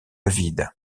vide